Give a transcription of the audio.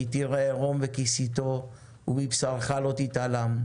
כי תראה ערום וכיסיתו, ומבשרך לא תתעלם".